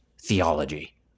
theology